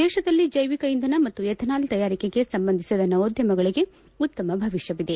ದೇಶದಲ್ಲಿ ಜೈವಿಕ ಇಂಧನ ಮತ್ತು ಎಥೆನಾಲ್ ತಯಾರಿಕೆಗೆ ಸಂಬಂಧಿಸಿದ ನವೋದ್ಯಮಗಳಿಗೆ ಉತ್ತಮ ಭವಿಷ್ಠವಿದೆ